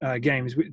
games